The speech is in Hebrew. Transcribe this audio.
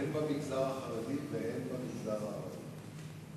הן במגזר החרדי והן במגזר הערבי.